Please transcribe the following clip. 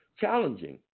challenging